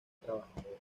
trabajadora